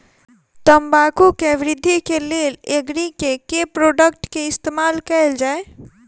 तम्बाकू केँ वृद्धि केँ लेल एग्री केँ के प्रोडक्ट केँ इस्तेमाल कैल जाय?